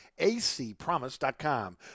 acpromise.com